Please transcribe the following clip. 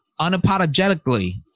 unapologetically